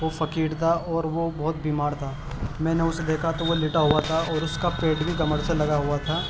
وہ فقیر تھا اور وہ بہت بیمار تھا میں نے اسے دیکھا تو وہ لیٹا ہوا تھا اور اس کا پیٹ بھی کمر سے لگا ہوا تھا